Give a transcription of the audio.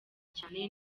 cyane